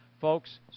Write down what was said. Folks